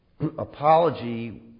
Apology